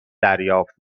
دریافت